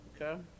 Okay